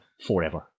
forever